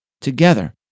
Together